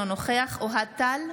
אינו נוכח אוהד טל,